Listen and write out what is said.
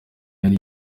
hotel